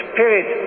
Spirit